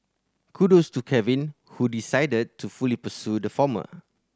kudos to Kevin who decided to fully pursue the former